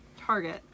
Target